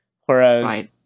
Whereas